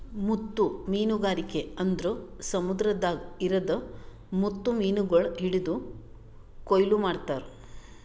ಮುತ್ತು ಮೀನಗಾರಿಕೆ ಅಂದುರ್ ಸಮುದ್ರದಾಗ್ ಇರದ್ ಮುತ್ತು ಮೀನಗೊಳ್ ಹಿಡಿದು ಕೊಯ್ಲು ಮಾಡ್ತಾರ್